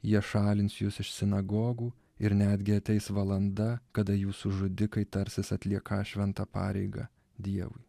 jie šalins jus iš sinagogų ir netgi ateis valanda kada jūsų žudikai tarsis atlieką šventą pareigą dievui